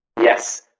yes